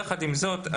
יחד עם זאת,